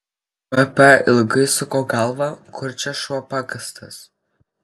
pp ilgai suko galvą kur čia šuo pakastas